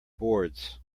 boards